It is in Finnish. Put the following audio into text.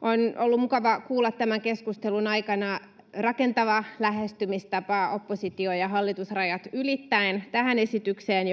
On ollut mukava kuulla tämän keskustelun aikana rakentavaa lähestymistapaa oppositio—hallitus-rajat ylittäen tähän esitykseen,